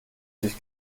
sich